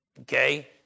Okay